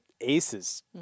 aces